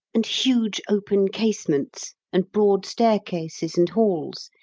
and huge open casements, and broad staircases and halls,